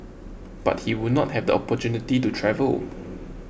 but he would not have the opportunity to travel